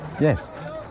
yes